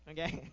Okay